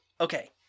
Okay